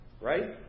Right